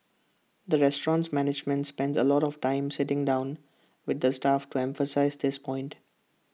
the restaurant's management spends A lot of time sitting down with the staff to emphasise this point